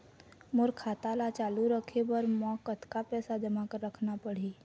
मोर खाता ला चालू रखे बर म कतका पैसा जमा रखना पड़ही?